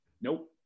Nope